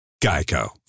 Geico